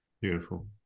beautiful